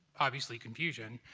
obviously, confusion.